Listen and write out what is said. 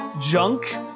junk